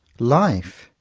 life,